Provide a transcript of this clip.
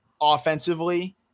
offensively